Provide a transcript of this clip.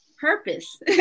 purpose